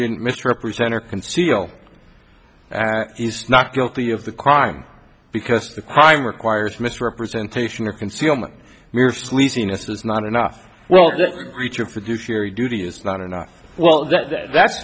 didn't misrepresent or conceal he's not guilty of the crime because the crime requires misrepresentation or concealment mere squeezing us is not enough well just reaching for do carry duty is not enough well that's